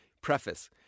Preface